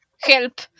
help